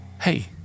Hey